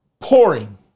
pouring